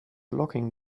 locking